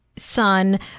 son